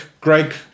Greg